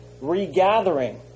regathering